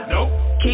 Nope